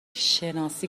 شناسی